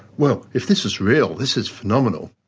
well, if this is real, this is phenomenal.